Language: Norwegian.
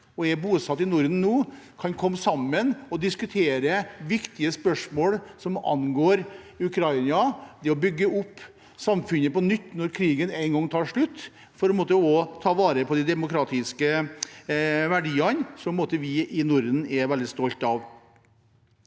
og er bosatt i Norden nå, kan komme sammen og diskutere viktige spørsmål som angår Ukraina: å bygge opp samfunnet på nytt når krigen en gang tar slutt, for å ta vare på de demokratiske verdiene som vi i Norden er veldig stolte av.